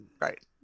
right